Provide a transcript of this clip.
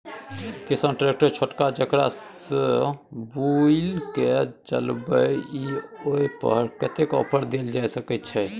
किसान ट्रैक्टर छोटका जेकरा सौ बुईल के चलबे इ ओय पर कतेक ऑफर दैल जा सकेत छै?